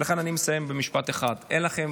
לכן אני מסיים במשפט אחד: אין לכם,